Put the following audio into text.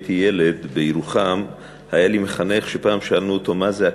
כשהייתי ילד בירוחם היה לי מחנך שפעם שאלנו אותו: מה זה הכנסת?